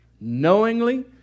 knowingly